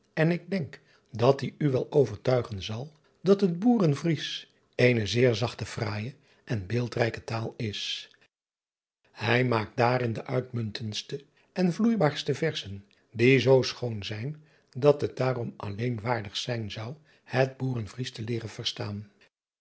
en ik denk dat die u wel overtuigen zal dat het oeren riesch eene zeer zachte sraaije en beeldrijke taal is ij maakt daarin de uitmuntendste en vloeibaarste verzen die zoo schoon zijn dat het daarom alleen waardig zijn zou het oeren riesch te leeren verstaan